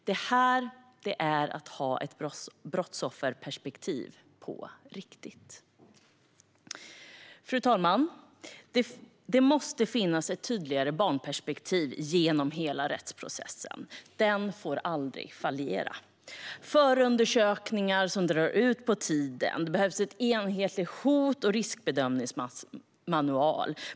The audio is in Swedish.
Det här är att ha ett brottsofferperspektiv på riktigt. Fru talman! Det måste finnas ett tydligare barnperspektiv genom hela rättsprocessen. Den får aldrig fallera. Vi ser förundersökningar som drar ut på tiden. Det behövs en enhetlig hot och riskbedömningsmanual.